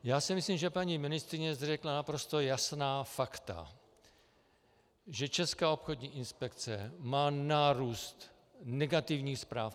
Já si myslím, že paní ministryně řekla naprosto jasná fakta, že Česká obchodní inspekce má pro nás nárůst negativních zpráv.